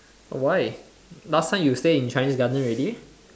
why last time you stay in chinese garden already